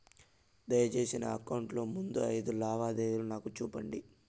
దయసేసి నా అకౌంట్ లో ముందు అయిదు లావాదేవీలు నాకు చూపండి